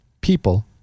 people